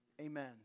Amen